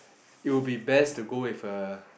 it'll be best to go with a